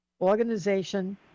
organization